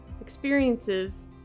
experiences